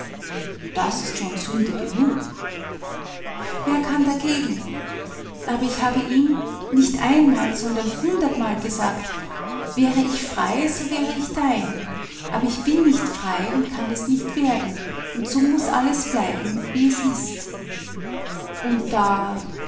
das ist schon sünde genug wer kann dagegen aber ich habe ihm nicht einmal sondern hundertmal gesagt wäre ich frei so wäre ich dein aber ich bin nicht frei und kann es nicht werden und so muß alles bleiben wie es ist und da